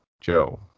Joe